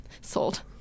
Sold